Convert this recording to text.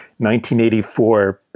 1984